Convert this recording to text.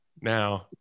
now